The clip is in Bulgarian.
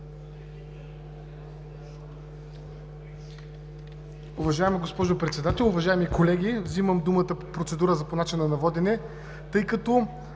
Уважаема госпожо Председател, уважаеми колеги! Взимам думата за процедура по начина на водене, тъй като